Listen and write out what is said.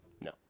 No